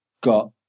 got